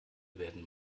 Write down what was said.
werden